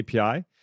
API